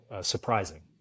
surprising